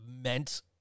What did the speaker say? meant